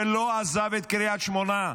שלא עזב את קריית שמונה,